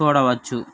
చూడవచ్చు